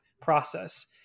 process